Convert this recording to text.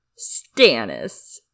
Stannis